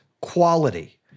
quality